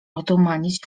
otumanić